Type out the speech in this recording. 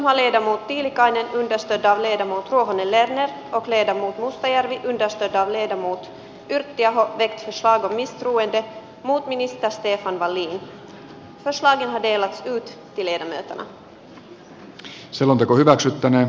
päivänä helmikuuta välikysymyskeskustelun yhteydessä antaman vastauksen jälkeen on käynyt ilmi että puolustusministeri stefan wallinin johdolla asian valmisteluun ovat hallituksen vakuutteluista huolimatta vaikuttaneet myös muut kuin maanpuolustukselliset näkökulmat